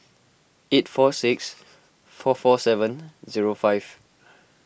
eight four six four four seven zero five